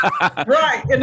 Right